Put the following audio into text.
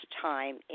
time